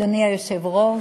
אדוני היושב-ראש,